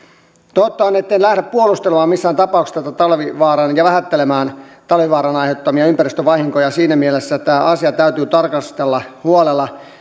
totta on etten lähde puolustelemaan missään tapauksessa tätä talvivaaraa ja vähättelemään talvivaaran aiheuttamia ympäristövahinkoja siinä mielessä tätä asiaa täytyy tarkastella huolella